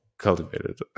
cultivated